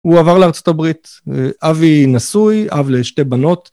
הוא עבר לארה״ב, אבי נשוי, אב לשתי בנות.